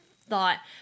thought